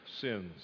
sins